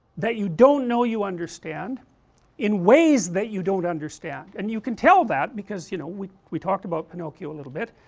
that you don't know that you understand in ways that you don't understand, and you can tell that because, you know we we talked about pinocchio a little bit,